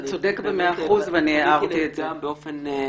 אתה צודק במאה אחוזים ואני הערתי את ההערה הזאת.